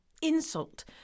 insult